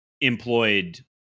employed